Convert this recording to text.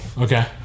Okay